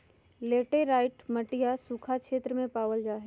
laterite मटिया सूखा क्षेत्र में पावल जाहई